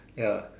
ya